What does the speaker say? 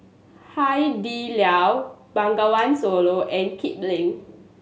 Hai Di Lao Bengawan Solo and Kipling